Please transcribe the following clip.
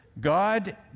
God